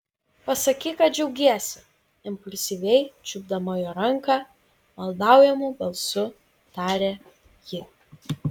pasakyk kad džiaugiesi impulsyviai čiupdama jo ranką maldaujamu balsu tarė ji